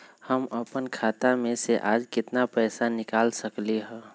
हम अपन खाता में से आज केतना पैसा निकाल सकलि ह?